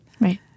Right